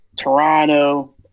Toronto